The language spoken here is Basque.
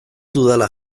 dudala